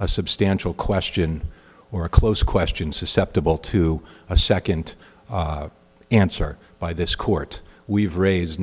a substantial question or a close question susceptible to a second answer by this court we've raised